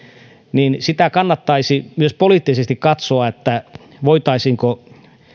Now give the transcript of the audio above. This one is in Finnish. niin sitä kannattaisi myös poliittisesti katsoa voitaisiinko